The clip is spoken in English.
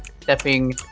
stepping